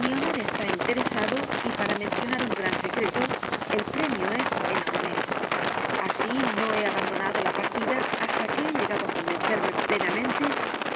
mi honor está interesado y p a r a mencionar un g r a n secreto el premio es enorme así no he abondonado la partida h a s t a que he llegado á convencerme plenamente